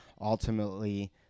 Ultimately